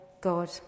God